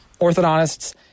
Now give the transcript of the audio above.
orthodontists